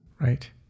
Right